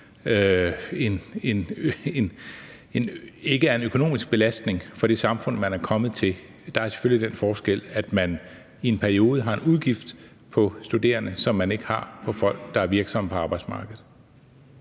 ikke er en økonomisk belastning for det samfund, man er kommet til, er der selvfølgelig den forskel, at man i en periode har en udgift på studerende, som man ikke har på folk, der er virksomme på arbejdsmarkedet.